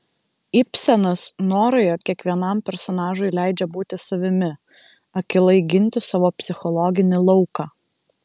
ibsenas noroje kiekvienam personažui leidžia būti savimi akylai ginti savo psichologinį lauką